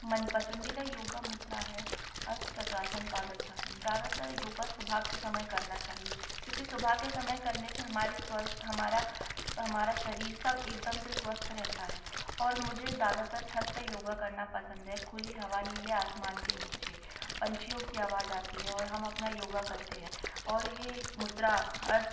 मन पसंदीदा योग मुद्रा है अर्ध चक्रासन पादहस्तआसन ज्यादातर योग सुबह के समय करना चाहिए क्योंकि सुबह के समय करने से हमारी स्वस्थ हमारा हमारा शरीर सब एकदम से स्वस्थ रहता है और मुझे ज्यादातर छत पर योग करना पसंद है खुली हवा नीले आसमान के नीचे पँछियों की आवाज आती है और हम अपना योग करते हैं और ये मुद्रा अ